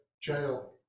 jail